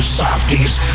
softies